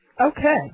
Okay